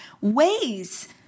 ways